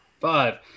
five